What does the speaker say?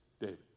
David